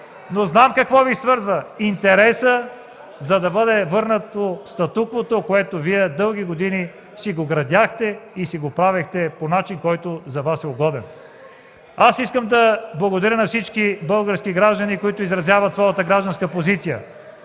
Но знам какво Ви свързва – интересът, за да бъде върнато статуквото, което Вие дълги години си градяхте и си го правехте по начин, угоден за Вас. Искам да благодаря на всички български граждани, които изразяват своята гражданска позиция.